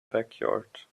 backyard